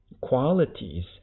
qualities